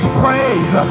praise